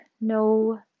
no